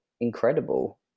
incredible